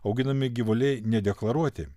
auginami gyvuliai nedeklaruoti